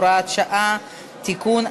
הוראת שעה) (תיקון),